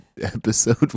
episode